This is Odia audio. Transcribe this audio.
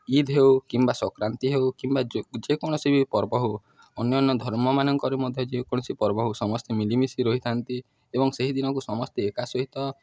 ଇଦ୍ ହେଉ କିମ୍ବା ସଂକ୍ରାନ୍ତି ହେଉ କିମ୍ବା ଯେକୌଣସି ବି ପର୍ବ ହେଉ ଅନ୍ୟାନ୍ୟ ଧର୍ମମାନଙ୍କରେ ମଧ୍ୟ ଯେକୌଣସି ପର୍ବ ହେଉ ସମସ୍ତେ ମିଳିମିଶି ରହିଥାନ୍ତି ଏବଂ ସେହି ଦିନକୁ ସମସ୍ତେ ଏକା ସହିତ